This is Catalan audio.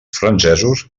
francesos